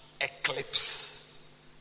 eclipse